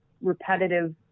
repetitive